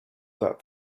that